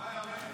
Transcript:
הלוואי.